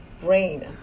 brain